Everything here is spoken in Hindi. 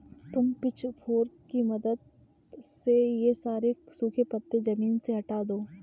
तुम पिचफोर्क की मदद से ये सारे सूखे पत्ते ज़मीन से हटा दो